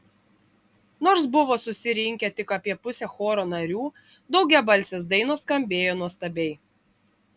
nors buvo susirinkę tik apie pusė choro narių daugiabalsės dainos skambėjo nuostabiai